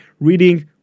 reading